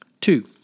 Two